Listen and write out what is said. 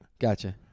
gotcha